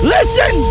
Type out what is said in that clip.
Listen